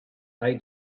they